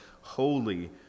holy